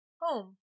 Home